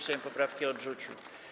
Sejm poprawki odrzucił.